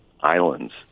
islands